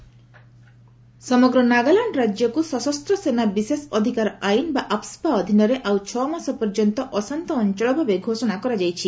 Nagaland AFSPA ସମଗ୍ର ନାଗାଲାଣ୍ଡ ରାଜ୍ୟକୁ ସଶସ୍ତ ସେନା ବିଶେଷ ଅଧିକାର ଆଇନ ବା ଆଫ୍ସ୍ୱା ଅଧୀନରେ ଆଉ ଛଅମାସ ପର୍ଯ୍ୟନ୍ତ ଅଶାନ୍ତ ଅଞ୍ଚଳ ଭାବେ ଘୋଷଣା କରାଯାଇଛି